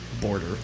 border